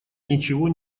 ничего